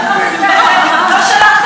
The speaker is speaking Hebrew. לא שלחת לקרוא לי.